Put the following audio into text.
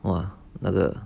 !wah! 那个